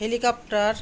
helicopter